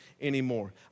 anymore